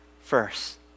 first